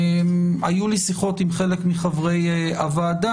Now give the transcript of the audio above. היו לי שיחות עם חלק מחברי הוועדה,